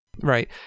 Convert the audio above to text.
Right